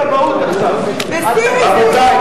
אדוני,